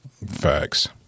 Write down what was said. Facts